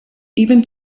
even